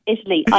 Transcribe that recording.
Italy